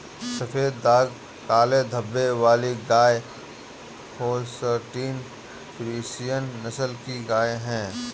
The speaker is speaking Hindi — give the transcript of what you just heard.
सफेद दाग काले धब्बे वाली गाय होल्सटीन फ्रिसियन नस्ल की गाय हैं